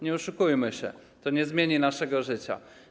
Nie oszukujmy się, to nie zmieni naszego życia.